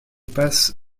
pass